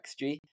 XG